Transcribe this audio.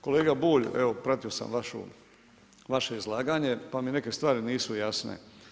Kolega Bulj, evo pratio sam vaše izlaganje pa mi neke stvari nisu jasne.